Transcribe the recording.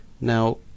Now